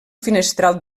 finestral